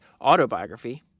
autobiography